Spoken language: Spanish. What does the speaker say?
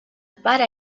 para